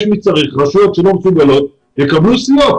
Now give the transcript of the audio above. רשויות שלא מסוגלות, יקבלו סיוע.